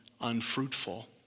unfruitful